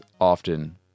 often